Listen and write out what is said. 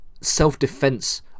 self-defense